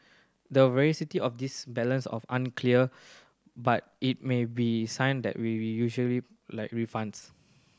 the veracity of this balance of unclear but it may be sign that we'll usually like refunds